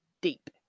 deep